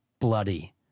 Bloody